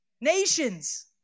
nations